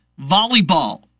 Volleyball